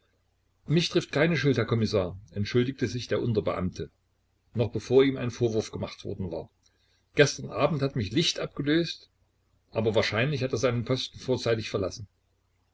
mich trifft keine schuld herr kommissar entschuldigte sich der unterbeamte noch bevor ihm ein vorwurf gemacht worden war gestern abend hat mich licht abgelöst aber wahrscheinlich hat er seinen posten vorzeitig verlassen